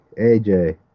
AJ